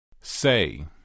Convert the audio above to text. Say